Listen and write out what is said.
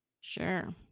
Sure